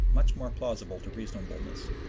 much more plausible to reasonableness.